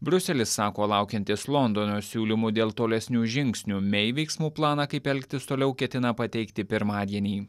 briuselis sako laukiantis londono siūlymų dėl tolesnių žingsnių mei veiksmų planą kaip elgtis toliau ketina pateikti pirmadienį